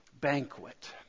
banquet